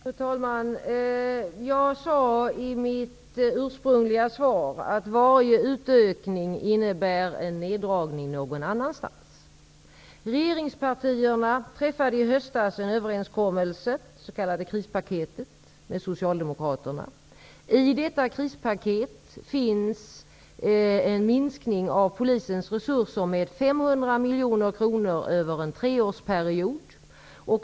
Fru talman! Jag sade i mitt ursprungliga svar att varje utökning på ett område innebär en neddragning någon annanstans. Regeringspartierna träffade i höstas en överenskommelse med Socialdemokraterna, det s.k. krispaketet. I detta krispaket finns en minskning av polisens resurser med 500 miljoner kronor över en treårsperiod.